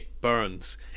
Burns